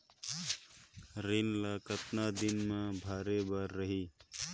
ऋण ला कतना दिन मा भरे बर रही?